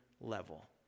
level